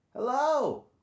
Hello